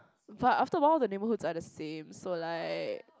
but after awhile the neighbourhoods are the same so like